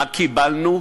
מה קיבלנו?